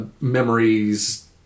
memories